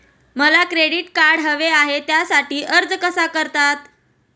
मला credit card हवे आहे त्यासाठी अर्ज कसा करतात?